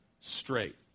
straight